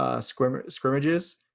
scrimmages